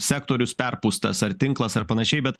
sektorius perpūstas ar tinklas ar panašiai bet